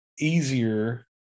Easier